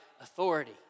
authority